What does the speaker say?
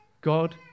God